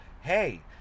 Hey